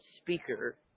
speaker